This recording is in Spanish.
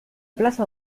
plaza